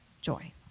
joy